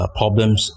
problems